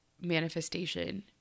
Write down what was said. manifestation